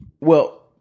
Well-